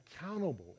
accountable